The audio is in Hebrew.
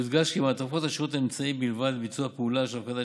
יודגש כי מעטפות השירות הן אמצעי בלבד לביצוע הפעולה של הפקדת